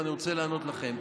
ואני רוצה לענות לכם.